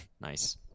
Nice